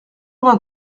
vingt